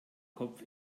kopf